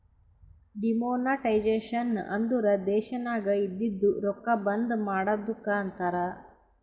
demonetisation ಅಂದುರ್ ದೇಶನಾಗ್ ಇದ್ದಿದು ರೊಕ್ಕಾ ಬಂದ್ ಮಾಡದ್ದುಕ್ ಅಂತಾರ್